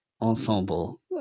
ensemble